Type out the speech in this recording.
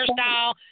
hairstyle